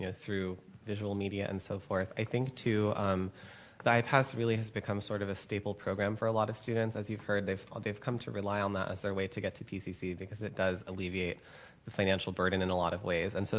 ah through visual media and so forth. i think to um the ipass really has become sort of a stable program for a lot of students. as you've heard, they've ah they've come to rely on that as their way to get to pcc because it does alleviate the financial burden in a lot of ways. and so,